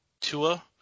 Tua